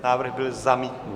Návrh byl zamítnut.